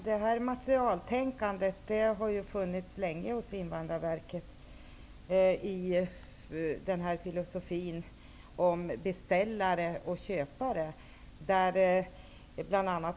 Herr talman! ''Materialtänkandet'' har funnits länge hos Invandrarverket när det gäller filosofin om beställare och köpare.